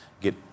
get